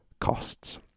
costs